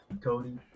Cody